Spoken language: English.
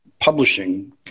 publishing